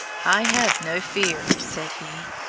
i have no fear, said he.